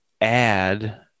Add